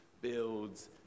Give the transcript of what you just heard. builds